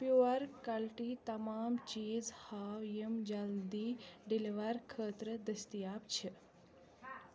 pure quality تمام چیٖز ہاو یِم جلدی ڈیلیوری خٲطرٕ دٔستیاب چھِ